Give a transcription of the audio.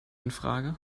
infrage